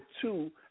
two